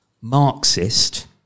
Marxist